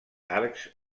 arcs